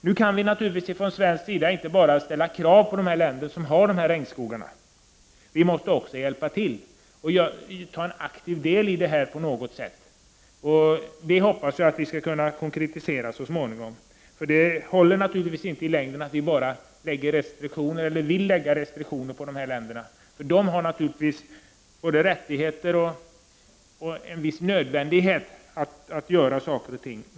Vi kan från svensk sida naturligtvis inte bara ställa krav på de länder som har regnskogar. Vi måste också hjälpa till och ta en aktiv del i detta arbete på något sätt. Vi reservanter hoppas att vi skall kunna konkretisera detta så småningom. Det går naturligtvis inte att i längden bara ålägga dessa länder restriktioner. De har naturligtvis vissa rättigheter och måste också göra vissa saker.